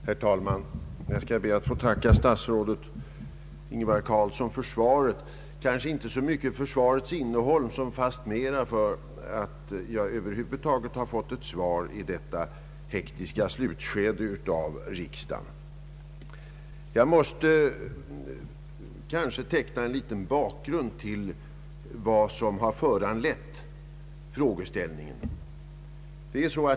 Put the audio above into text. Herr talman! Jag skall be att få tacka statsrådet Ingvar Carlsson för svaret, kanske inte så mycket för svarets innehåll som fastmera för att jag över huvud taget har fått ett svar i detta hektiska slutskede av riksdagen. Jag vill i korthet teckna bakgrunden till vad som föranlett min interpellation.